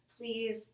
Please